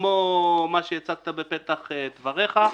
כמו מה שהצגת בפתח דבריך.